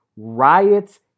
riots